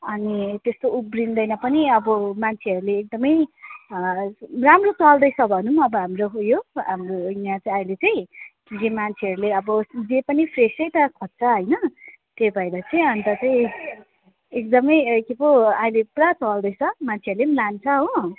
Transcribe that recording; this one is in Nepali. अनि त्यस्तो उब्रिँदैन पनि अब मान्छेहरूले एकदमै अँ राम्रो चल्दैछ भनौ अब हाम्रो उयो हाम्रो यहाँ चाहिँ अहिले चाहिँ जे मान्छेहरूले अब जे पनि फ्रेसै त खोज्छ होइन त्यही भएर चाहिँ अन्त चाहिँ एकदमै के पो अहिले पुरा चल्दैछ मान्छेहरूले पनि लान्छ हो